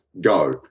go